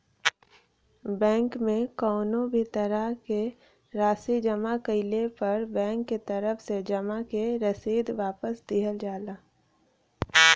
bank में कउनो भी तरह क राशि जमा कइले पर बैंक के तरफ से जमा क रसीद वापस दिहल जाला